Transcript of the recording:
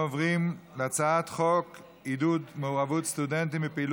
הצעת חוק הרשות הלאומית לבטיחות בדרכים התקבלה